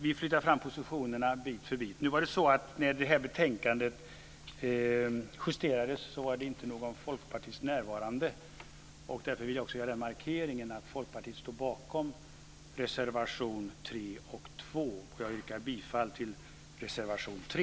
Vi flyttar alltså fram positionerna bit för bit. När betänkandet justerades var ingen folkpartist närvarande. Därför vill jag göra markeringen att Folkpartiet står bakom reservationerna 2 och 3. Jag yrkar bifall till reservation 3.